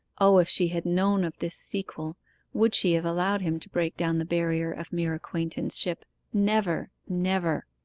o, if she had known of this sequel would she have allowed him to break down the barrier of mere acquaintanceship never, never!